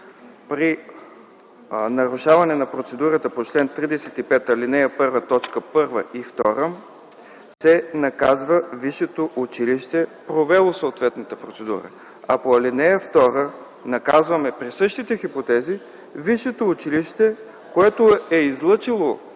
при нарушаване на процедурата по чл. 35, ал. 1, точки 1 и 2 се наказва висшето училище, провело съответната процедура. А по ал. 2 наказваме при същите хипотези висшето училище, което е излъчило членове